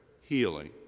healing